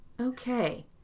Okay